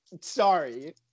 sorry